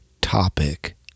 topic